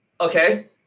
Okay